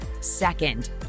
second